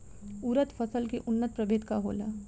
उरद फसल के उन्नत प्रभेद का होला?